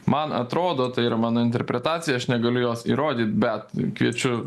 man atrodo tai yra mano interpretacija aš negaliu jos įrodyt bet kviečiu